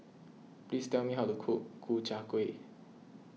please tell me how to cook Ku Chai Kuih